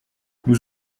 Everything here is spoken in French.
nous